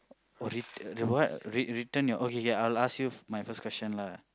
what if the what read written your okay okay I'll ask you my first question lah